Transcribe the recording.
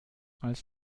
als